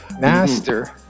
master